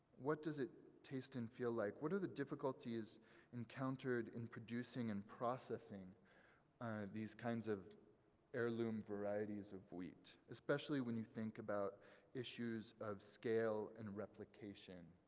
what does it taste and feel like? what are the difficulties encountered in producing and processing these kinds of heirloom varieties of wheat? especially when you think about issues of scale and replication.